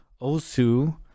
Osu